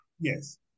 Yes